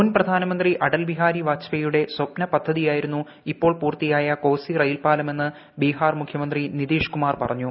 മുൻ പ്രധാനമന്ത്രി അടൽ ബിഹാരി വാജ്പേയുടെ സ്വപ്നപദ്ധതിയായിരുന്നു ഇപ്പോൾ പൂർത്തിയായ കോസി റെയിൽ പാലമെന്ന് ബീഹാർ മുഖ്യമന്ത്രി നിതീഷ് കുമാർ പറഞ്ഞു